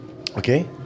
Okay